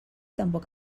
tampoc